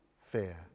fear